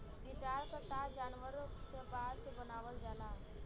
guitar क तार जानवर क बार से बनावल जाला